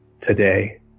today